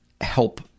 help